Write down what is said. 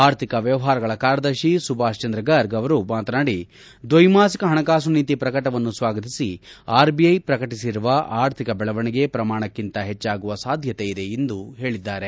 ಆರ್ಥಿಕ ವ್ಯವಹಾರಗಳ ಕಾರ್ಯದರ್ಶಿ ಸುಭಾಷ್ ಚಂದ್ರ ಗರ್ಗ್ ಅವರು ಮಾತನಾಡಿ ದ್ವೈಮಾಸಿಕ ಹಣಕಾಸು ನೀತಿ ಪ್ರಕಟವನ್ನು ಸ್ವಾಗತಿಸಿ ಆರ್ಬಿಐ ಪ್ರಕಟಿಸಿರುವ ಆರ್ಥಿಕ ಬೆಳವಣಿಗೆ ಪ್ರಮಾಣಕ್ಕಿಂತ ಹೆಚ್ಚಾಗುವ ಸಾಧ್ಯತೆ ಇದೆ ಎಂದು ಹೇಳಿದರು